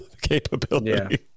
capability